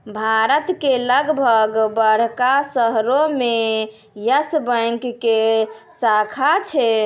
भारत के लगभग बड़का शहरो मे यस बैंक के शाखा छै